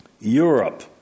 Europe